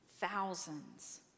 Thousands